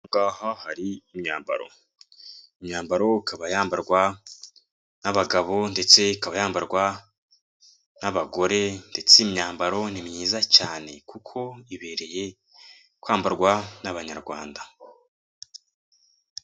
Aha ngaha hari imyambaro, imyambaro ikaba yambarwa n'abagabo ndetse ikaba yambarwa n'abagore ndetse imyambaro ni myiza cyane kuko ibereye kwambarwa n'abanyarwanda.